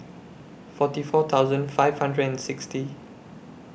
forty four thousand five hundred and sixty